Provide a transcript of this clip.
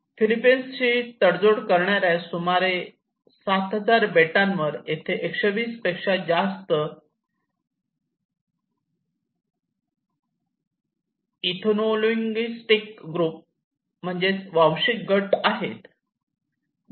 फिलिपाइन्सशी तडजोड करणार्या सुमारे 7000 बेटांवर येथे १२० पेक्षा जास्त एथनोलिंगूइस्टिक ग्रुप वांशिक गट आहेत